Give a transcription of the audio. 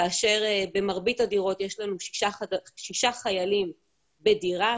כאשר במרבית הדירות יש לנו שישה חיילים בדירה,